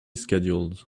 schedules